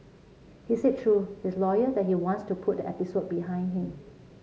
he said through his lawyer that he wants to put the episode behind him